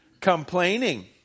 Complaining